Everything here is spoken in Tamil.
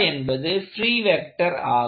என்பது பிரீ வெக்டர் ஆகும்